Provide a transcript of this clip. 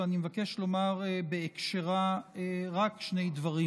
ואני מבקש לומר בהקשרה רק שני דברים.